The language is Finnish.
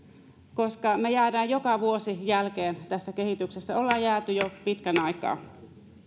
koska me jäämme joka vuosi jälkeen tässä kehityksessä olemme jääneet jo pitkän aikaa